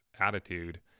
attitude